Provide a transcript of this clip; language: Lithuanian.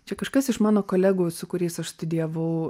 čia kažkas iš mano kolegų su kuriais aš studijavau